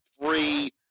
free